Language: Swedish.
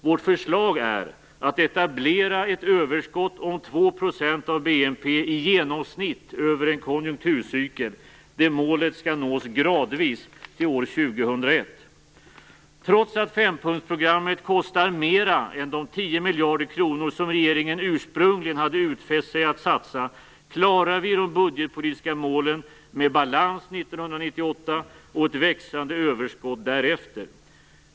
Vårt förslag är att etablera ett överskott om 2 % av BNP i genomsnitt över en konjunkturcykel. Det målet skall nås gradvis till år Trots att fempunktsprogrammet kostar mera än de 10 miljarder kronor som regeringen ursprungligen hade utfäst sig att satsa klarar vi de budgetpolitiska målen med balans 1998 och ett växande överskott därefter.